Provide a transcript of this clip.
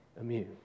immune